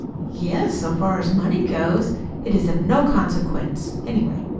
yes. so far as money goes it is of no consequence, anyway.